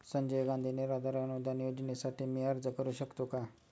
संजय गांधी निराधार अनुदान योजनेसाठी मी अर्ज करू शकतो का?